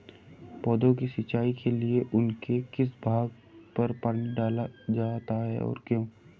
पौधों की सिंचाई के लिए उनके किस भाग पर पानी डाला जाता है और क्यों?